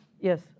Yes